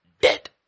dead